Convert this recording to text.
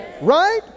Right